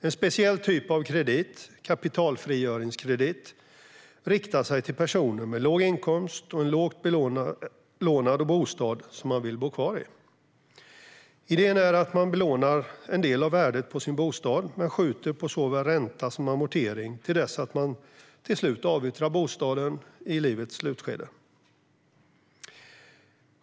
En speciell typ av kredit, kapitalfrigöringskredit, riktar sig till personer med låg inkomst och en lågt belånad bostad som man vill bo kvar i. Idén är att man belånar en del av värdet på sin bostad men skjuter på såväl ränta som amortering till dess att man till slut avyttrar bostaden i livets slutskede.